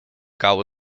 gau